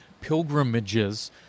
pilgrimages